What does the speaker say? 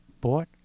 bought